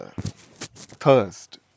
thirst